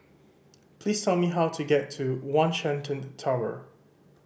please tell me how to get to One Shenton Tower